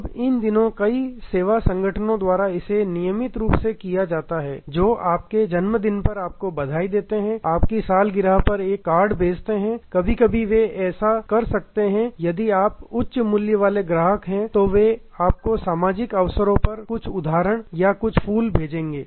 अब इन दिनों कई सेवा संगठनों द्वारा इसे नियमित रूप से किया जाता है जो आपके जन्मदिन पर आपको बधाई देते हैं आपकी सालगिरह पर एक कार्ड भेजते हैं कभी कभी वे ऐसा कर सकते हैं यदि आप उच्च मूल्य वाले ग्राहक हैं तो वे आपको सामाजिक अवसरों पर कुछ उपहार या कुछ फूल भेजेंगे